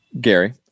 Gary